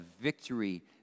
victory